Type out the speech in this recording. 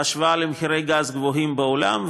בהשוואה למחירי גז גבוהים בעולם,